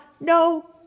no